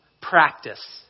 practice